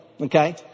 okay